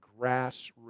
grassroots